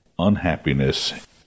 unhappiness